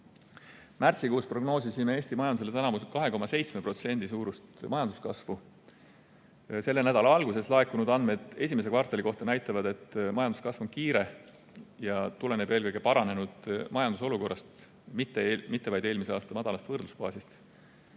Märtsikuus prognoosisime Eesti majandusele tänavu 2,7% suurust majanduskasvu. Selle nädala alguses laekunud andmed esimese kvartali kohta näitavad, et majanduskasv on kiire ja tuleneb eelkõige paranenud majandusolukorrast, mitte vaid eelmise aasta madalast võrdlusbaasist.